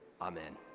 Amen